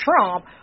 Trump